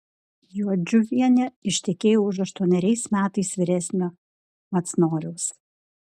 jodžiūnienė ištekėjo už aštuoneriais metais vyresnio macnoriaus